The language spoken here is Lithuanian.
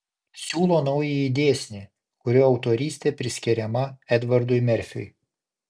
siūlo naująjį dėsnį kurio autorystė priskiriama edvardui merfiui